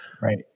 Right